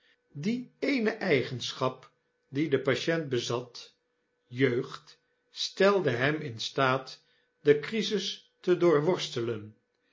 die eene eigenschap die de patient bezat jeugd stelde hem in staat de crisis te